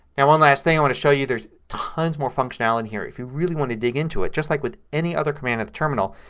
and one last thing i want to show you. there's tons more functionality in here if you really want to dig into it. just like with any other command in the terminal,